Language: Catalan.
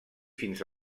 fins